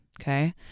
Okay